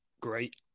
great